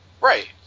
Right